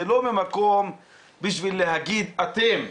זה לא בשביל להגיד 'אתם',